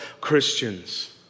Christians